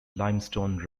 limestone